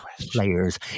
players